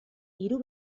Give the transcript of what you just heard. hiru